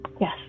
Yes